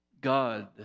God